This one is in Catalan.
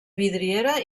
vidriera